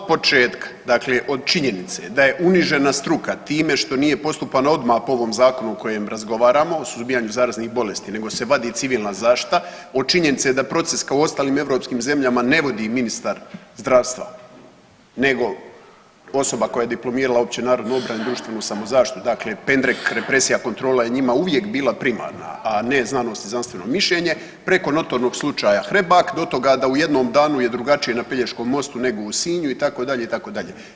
Od početka, dakle od činjenica da je unižena struka time što nije postupano odmah po ovom zakonu o kojem razgovaramo o suzbijanju zaraznih bolesti nego se vadi civilna zaštita, od činjenice da proces kao u ostalim europskim zemljama ne vodi ministar zdravstva nego osoba koja je diplomirala ONO i DSZ dakle pendrek, represija, kontrola je njima uvijek bila primarna, a ne znanost i znanstveno mišljenje preko notornog slučaja Hrebak do toga da u jednom danu je drugačije na Pelješkom mostu nego u Sinju itd., itd.